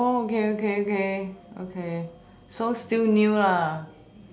oh okay okay okay so still new lah